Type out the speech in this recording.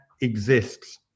exists